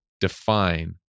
define